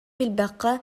билбэккэ